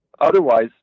otherwise